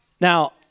Now